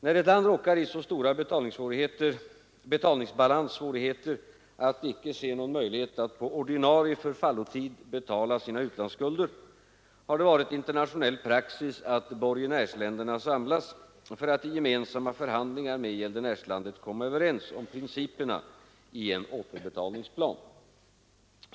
När ett land råkar i så stora betalningsbalanssvårigheter att det icke ser någon möjlighet att på ordinarie förfallotid betala sina utlandsskulder har det varit internationell praxis att borgenärsländerna samlas för att i gemensamma förhandlingar med gäldenärslandet komma överens om principerna i en återbetalningsplan.